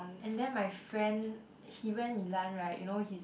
and then my friend he went Milan right you know his